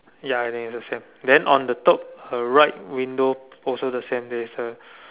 ya I think it's the same then on the top uh right window also the same there is a